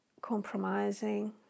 compromising